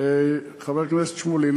חבר הכנסת שמולי,